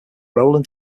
rowland